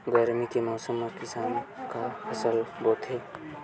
गरमी के मौसम मा किसान का फसल बोथे?